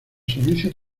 servicios